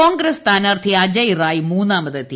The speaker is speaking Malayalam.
കോൺഗ്രസ് സ്ഥാനാർത്ഥി അജ്യ് റായ് മൂന്നാമതെത്തി